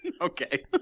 okay